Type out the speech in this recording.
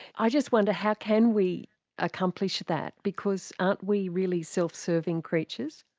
i just wonder how can we accomplish that, because aren't we really self-serving creatures?